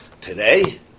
Today